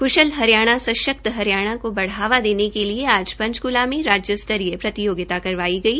क्शल हरियाणा सशक्त हरियाणा को बढ़ावा देने के लिए आज पंचकुला में राज्य स्तरीय प्रतियोगिता करवाई गई